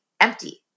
Empty